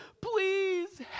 please